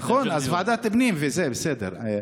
נכון, אז ועדת הפנים, וזה בסדר.